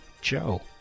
Joe